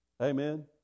Amen